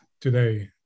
today